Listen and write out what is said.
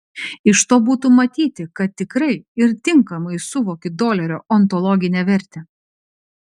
iš to būtų matyti kad tikrai ir tinkamai suvoki dolerio ontologinę vertę